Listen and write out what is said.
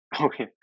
Okay